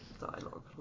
dialogue